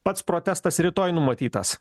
pats protestas rytoj numatytas